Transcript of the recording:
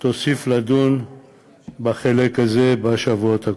תוסיף לדון בחלק הזה בשבועות הקרובים.